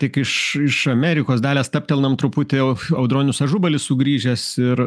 tik iš iš amerikos dalia stabtelnam truputį audronius ažubalis sugrįžęs ir